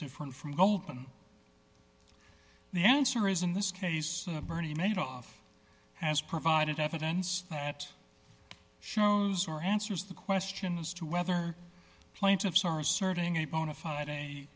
different from goldman the answer is in this case bernie madoff has provided evidence that shows or answers the question as to whether plaintiffs are asserting a bona fide a